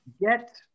get